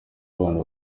abantu